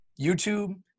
YouTube